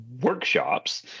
Workshops